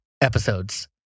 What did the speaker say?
episodes